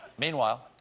meanwhile,